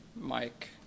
Mike